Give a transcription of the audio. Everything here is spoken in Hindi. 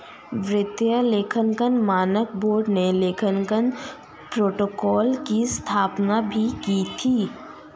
वित्तीय लेखांकन मानक बोर्ड ने लेखांकन प्रोटोकॉल की स्थापना भी की थी